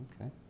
okay